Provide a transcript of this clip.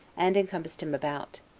and encompassed him about.